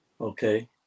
Okay